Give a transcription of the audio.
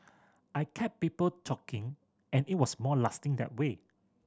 I kept people talking and it was more lasting that way